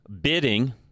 bidding